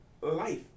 life